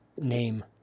name